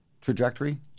trajectory